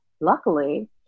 luckily